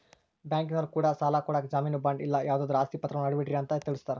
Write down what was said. ಬ್ಯಾಂಕಿನರೊ ಕೂಡ ಸಾಲ ಕೊಡಕ ಜಾಮೀನು ಬಾಂಡು ಇಲ್ಲ ಯಾವುದಾದ್ರು ಆಸ್ತಿ ಪಾತ್ರವನ್ನ ಅಡವಿಡ್ರಿ ಅಂತ ತಿಳಿಸ್ತಾರ